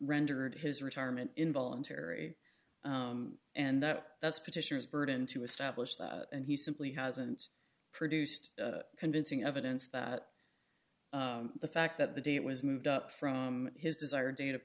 rendered his retirement involuntary and that that's petitioner's burden to establish that and he simply hasn't produced convincing evidence that the fact that the date was moved up from his desire